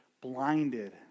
blinded